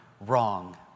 wrong